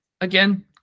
again